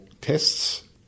tests